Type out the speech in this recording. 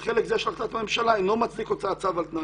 שחלק זה של החלטת הממשלה אינו מצדיק הוצאת צו-על-תנאי".